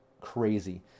crazy